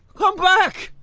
come back.